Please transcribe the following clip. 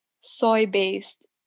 soy-based